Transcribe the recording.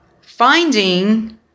Finding